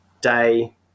day